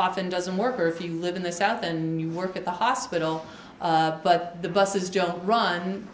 often doesn't work or if you live in the south and you work at the hospital but the buses just run